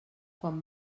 quan